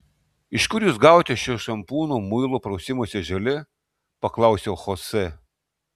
iš kur jūs gavote šio šampūno muilo prausimosi želė paklausiau chosė